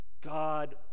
God